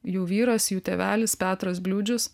jų vyras jų tėvelis petras bliūdžius